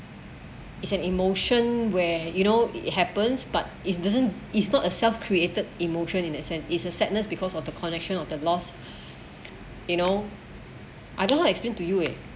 it's an emotion where you know it happens but it doesn't it's not a self created emotion in that sense is a sadness because of the connection of the loss you know I don't like explain to you eh